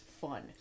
fun